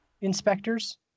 inspectors